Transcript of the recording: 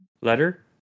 letter